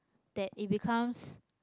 that it becomes